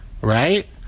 Right